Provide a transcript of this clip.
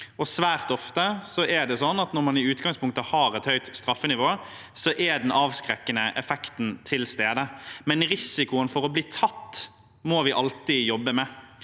Svært ofte er det sånn at når man i utgangspunktet har et høyt straffenivå, er den avskrekkende effekten til stede, men risikoen for å bli tatt må vi alltid jobbe med.